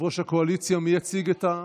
יושב-ראש הקואליציה, מי יציג את החוק?